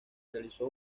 realizó